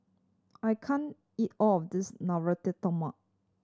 I can't eat all of this Navratan Korma